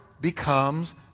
becomes